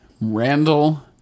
Randall